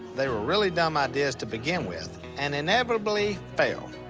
they were really dumb ideas to begin with, and inevitably fail.